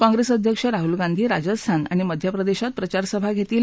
काँग्रेसअध्यक्ष राहूल गांधी राजस्थान आणि मध्य प्रदध्तित प्रचारसभा घरीील